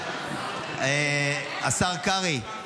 השר קרעי,